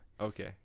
Okay